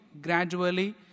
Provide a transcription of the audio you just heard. gradually